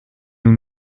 nous